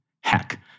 Heck